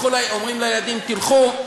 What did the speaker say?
אומרים לילדים: תלכו,